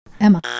Emma